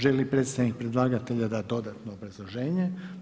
Želi li predstavnik predlagatelja dati dodatno obrazloženje?